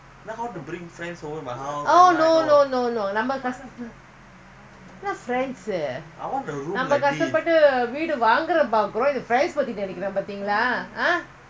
not friends நாமகஷ்டப்பட்டுவீடுவாங்கறதுபத்திநெனைக்கறோம்ஆனா:naama kashtapattu veedu vaankrathu pathi nenaikkarom aana friends பத்திநெனைக்கிறான்பாத்தீங்களா:pathi nenaikkraan paatheenkala